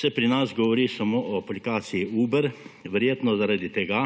se pri nas govori samo o aplikaciji Uber, verjetno zaradi tega,